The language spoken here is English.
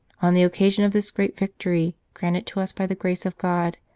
on the occasion of this great victory, granted to us by the grace of god,